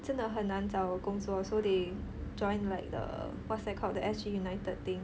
真的很难找工作 so they join like the what's that called the S_G united thing